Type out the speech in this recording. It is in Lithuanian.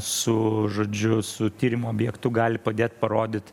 su žodžiu su tyrimo objektu gali padėt parodyt